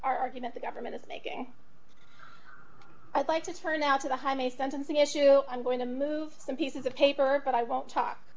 argument the government is making i'd like to turn now to the highway sentencing issue i'm going to move some pieces of paper but i won't talk